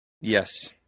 Yes